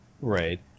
Right